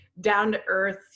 down-to-earth